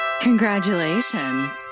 Congratulations